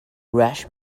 rush